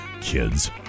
Kids